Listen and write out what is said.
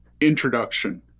Introduction